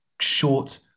short